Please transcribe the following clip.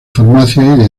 farmacia